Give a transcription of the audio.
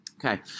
Okay